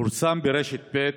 פורסם ברשת ב'